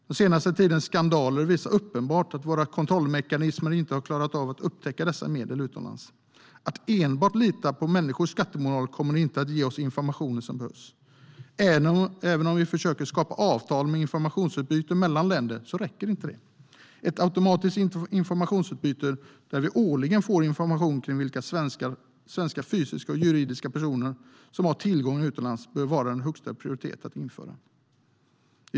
Den senaste tidens skandaler gör det uppenbart att våra kontrollmekanismer inte har klarat av att upptäcka dessa medel utomlands. Att enbart lita på människors skattemoral kommer inte att ge oss den information som behövs. Även om vi försöker skapa avtal med informationsutbyte mellan länder räcker inte det. Ett automatiskt informationsutbyte där vi årligen får information om vilka svenska fysiska och juridiska personer som har tillgångar utomlands bör vara av högsta prioritet att införa.